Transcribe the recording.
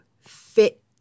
fit